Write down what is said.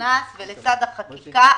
שהוכנס ולצד החקיקה,